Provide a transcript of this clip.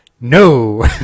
no